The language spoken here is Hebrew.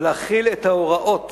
ולהחיל את ההוראות